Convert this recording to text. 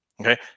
Okay